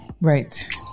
right